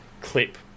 clip